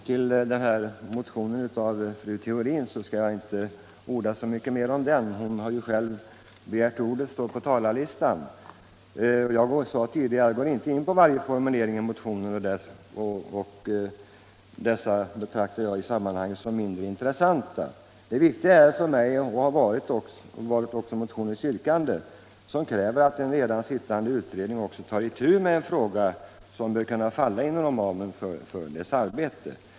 Herr talman! Motionen av fru Theorin skall jag inte orda så mycket mer om. Hon har ju själv begärt ordet och står på talarlistan. Som jag sade tidigare går jag inte in på alla formuleringar i motionen; dem betraktar jag i sammanhanget som mindre intressanta. Det viktiga för mig är och har varit motionens yrkande, nämligen att en redan sittande utredning också tar itu med en fråga som bör kunna falla inom ramen för dess arbete.